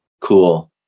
cool